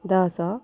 ଦଶ